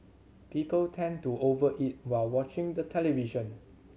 people tend to over eat while watching the television